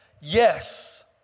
Yes